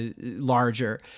larger